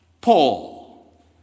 Paul